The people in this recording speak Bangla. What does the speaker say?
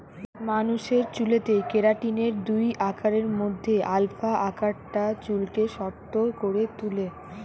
মানুষের চুলেতে কেরাটিনের দুই আকারের মধ্যে আলফা আকারটা চুলকে শক্ত করে তুলে